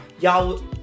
y'all